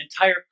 entire